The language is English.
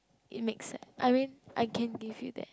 it makes a I mean I can give you that